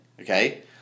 okay